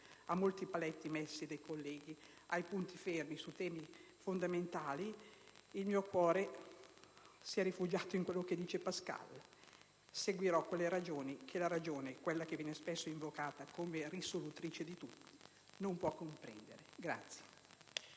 a molti paletti messi dai colleghi, ai punti fermi su temi fondamentali, il mio cuore si è rifugiato in quello che dice Pascal: seguirò quelle ragioni che la ragione, quella che viene spesso invocata come risolutrice di tutto, non può comprendere.